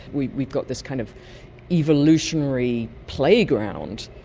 we've we've got this kind of evolutionary playground.